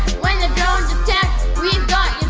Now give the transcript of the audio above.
when the drones attack we've got